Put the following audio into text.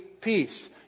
peace